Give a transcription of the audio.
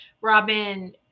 Robin